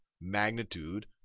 magnitude